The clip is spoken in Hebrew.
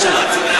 שרוצים,